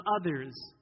others